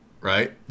right